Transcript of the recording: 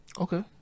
Okay